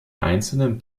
einzelnen